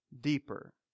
deeper